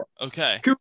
okay